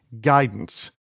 Guidance